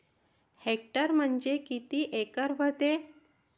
Hectare म्हणजे किती acre व्हते?